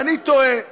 ואני תוהה,